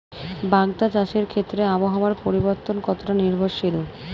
বাগদা চাষের ক্ষেত্রে আবহাওয়ার পরিবর্তন কতটা নির্ভরশীল?